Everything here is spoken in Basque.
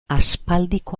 aspaldiko